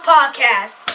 Podcast